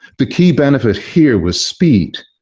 the key benefit here was speed.